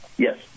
Yes